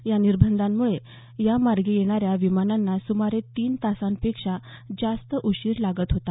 या निर्बंधाम्ळे या मार्गे येणाऱ्या विमानांना सुमारे तीन तासांपेक्षा जास्त उशीर लागत होता